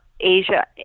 Asia